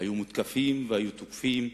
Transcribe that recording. היו מותקפים והיו תוקפים.